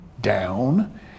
down